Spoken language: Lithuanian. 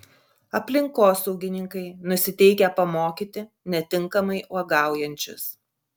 aplinkosaugininkai nusiteikę pamokyti netinkamai uogaujančius